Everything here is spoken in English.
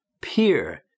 Peer